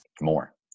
more